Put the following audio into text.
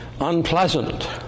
unpleasant